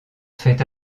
fait